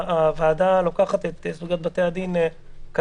הוועדה לוקחת את סוגיות בתי הדין קדימה.